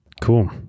cool